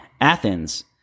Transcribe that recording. Athens